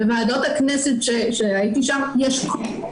לוועדות הכנסת שהייתי בהן יש כוח.